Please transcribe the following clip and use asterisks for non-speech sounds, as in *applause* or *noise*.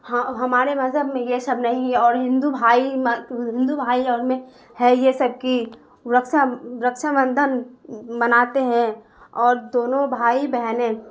ہاں ہمارے مذہب میں یہ سب نہیں اور ہندو بھائی *unintelligible* ہندو بھائی اور میں ہے یہ سب کہ رکچھا رکچھا بندھن مناتے ہیں اور دونوں بھائی بہنیں